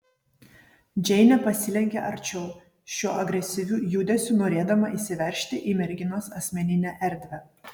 džeinė pasilenkė arčiau šiuo agresyviu judesiu norėdama įsiveržti į merginos asmeninę erdvę